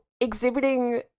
exhibiting